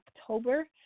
October